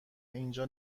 اینجا